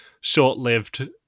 short-lived